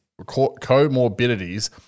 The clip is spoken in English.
comorbidities